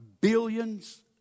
billions